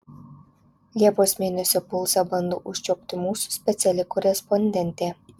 liepos mėnesio pulsą bando užčiuopti mūsų speciali korespondentė